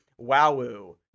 wowoo